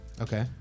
Okay